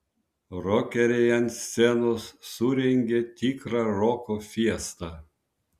rokeriai ant scenos surengė tikrą roko fiestą